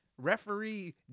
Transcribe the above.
Referee